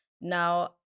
Now